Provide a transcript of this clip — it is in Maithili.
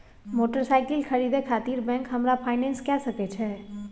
मोटरसाइकिल खरीदे खातिर बैंक हमरा फिनांस कय सके छै?